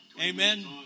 amen